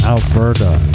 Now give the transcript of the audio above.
Alberta